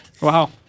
Wow